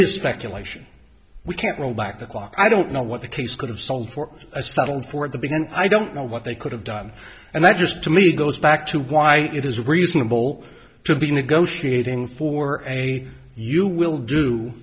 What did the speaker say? is speculation we can't roll back the clock i don't know what the case could have sold for i settled for the big and i don't know what they could have done and that just to me goes back to why it is reasonable to be negotiating for a you will do